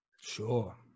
Sure